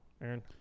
aaron